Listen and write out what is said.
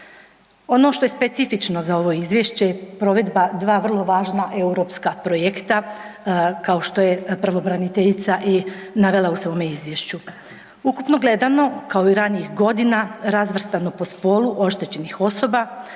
Ono što je specifično za ovo izvješće je provedbe 2 vrlo važna europska projekta kao što je pravobraniteljica i navela u svome izvješću. Ukupno gledano kao i ranijih godina razvrstano po spolu oštećenih osoba